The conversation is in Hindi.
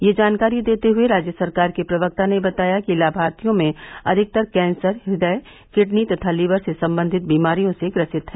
यह जानकारी देते हुए राज्य सरकार के प्रवक्ता ने बताया कि लाभार्थियों में अधिकतर कैंसर हृदय किडनी तथा लिवर से सम्बन्धित बीमारियों से ग्रसित हैं